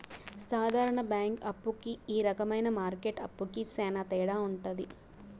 సాధారణ బ్యాంక్ అప్పు కి ఈ రకమైన మార్కెట్ అప్పుకి శ్యాన తేడా ఉంటది